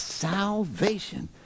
salvation